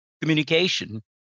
communication